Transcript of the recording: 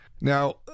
Now